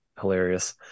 Hilarious